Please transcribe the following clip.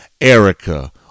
Erica